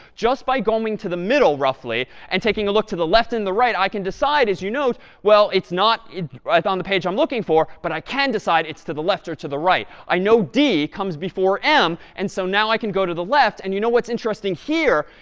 just by going to the middle, roughly, and taking a look to the left and the right, i can decide, as you note, well, it's not on the page i'm looking for. but i can decide it's to the left or to the right. i know d comes before m. and so now i can go to the left. and you know what's interesting here,